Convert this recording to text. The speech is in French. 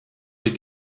des